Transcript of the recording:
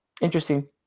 Interesting